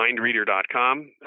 mindreader.com